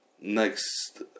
next